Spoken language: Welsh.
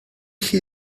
chi